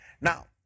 Now